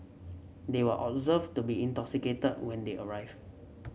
they were observed to be intoxicated when they arrived